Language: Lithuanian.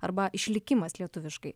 arba išlikimas lietuviškai